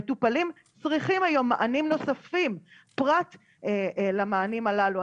מטופלים צריכים היום מענים נוספים פרט למענים הללו.